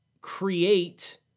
create